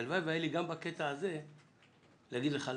הלוואי והיה לי גם בקטע הזה להגיד למה.